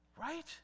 Right